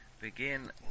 Begin